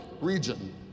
region